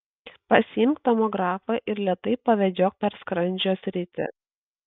pasiimk tomografą ir lėtai pavedžiok per skrandžio sritį